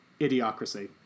Idiocracy